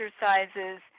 exercises